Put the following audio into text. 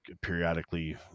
periodically